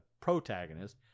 protagonist